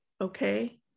okay